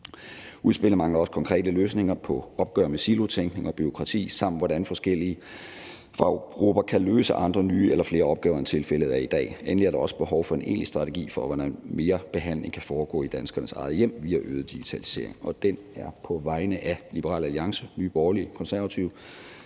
Udspillet mangler også konkrete løsninger på opgør med silotænkning og bureaukrati, og hvordan forskellige faggrupper kan løse andre, nye eller flere opgaver, end tilfældet er i dag. Endelig er der også behov for en egentlig strategi for, hvordan mere behandling kan foregå i danskernes eget hjem via øget digitalisering.« (Forslag til vedtagelse nr.